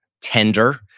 tender